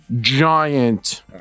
giant